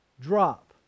drop